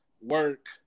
Work